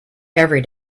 every